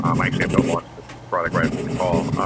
um i actually have to launch this product right after this call.